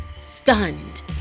Stunned